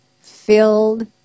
filled